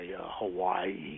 Hawaii